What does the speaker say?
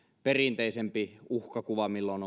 perinteisempi uhkakuva siitä milloin